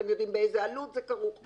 אתם יודעים באיזו עלות זה כרוך?